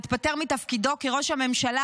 התפטר מתפקידו כראש הממשלה,